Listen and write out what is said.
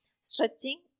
Stretching